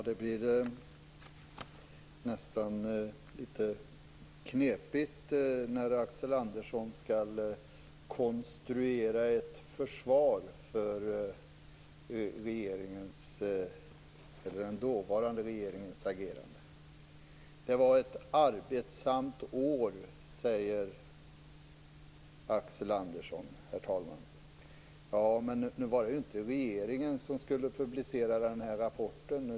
Herr talman! Det blir nästan litet knepigt när Axel Andersson skall konstruera ett försvar för den dåvarande regeringens agerande. Herr talman! Det var ett arbetsamt år, säger Axel Andersson. Ja, men nu var det inte regeringen som skulle publicera rapporten.